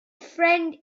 friend